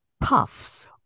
Puffs